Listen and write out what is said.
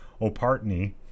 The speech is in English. O'Partney